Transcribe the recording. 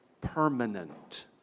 permanent